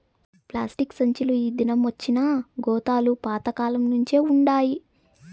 plastic సంచీలు ఈ దినమొచ్చినా గోతాలు పాత కాలంనుంచే వుండాయి